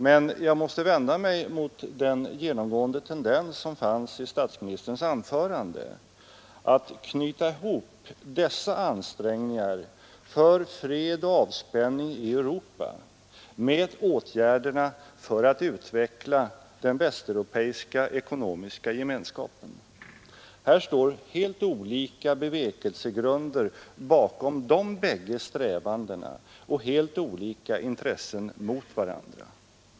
Men jag måste vända mig mot den genomgående tendensen i statsministerns anförande att knyta ihop dessa ansträngningar för fred Och avspänning i Europa med åtgärderna för att utveckla den västeuropeiska ekonomiska gemenskapen. Det finns helt olika bevekelsegrunder bakom de båda strävandena, och helt olika intressen står mot varandra.